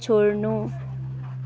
छोड्नु